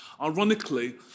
ironically